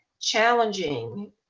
challenging